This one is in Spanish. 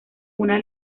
una